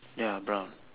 ya brown